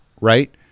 right